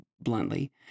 bluntly